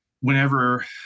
Whenever